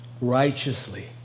righteously